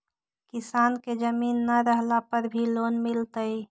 किसान के जमीन न रहला पर भी लोन मिलतइ?